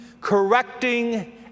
correcting